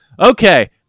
Okay